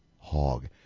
hog